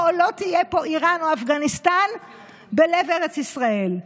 או לא תהיה פה איראן או אפגניסטן בלב ארץ ישראל.